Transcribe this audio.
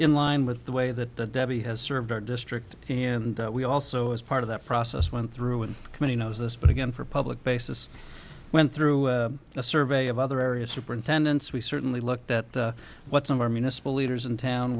in line with the way that he has served our district and we also as part of that process went through a committee knows this but again for public basis went through a survey of other areas superintendents we certainly looked at what some of our municipal leaders in town